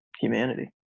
humanity